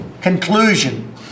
conclusion